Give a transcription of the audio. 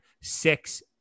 six